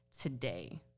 today